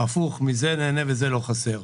הפוך מזה נהנה וזה לא חסר.